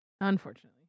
Unfortunately